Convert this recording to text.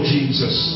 Jesus